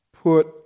put